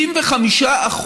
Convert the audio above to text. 95%,